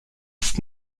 ist